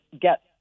get